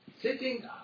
sitting